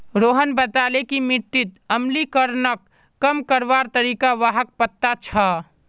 रोहन बताले कि मिट्टीत अम्लीकरणक कम करवार तरीका व्हाक पता छअ